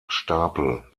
stapel